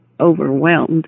overwhelmed